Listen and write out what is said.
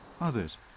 Others